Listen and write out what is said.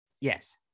yes